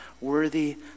worthy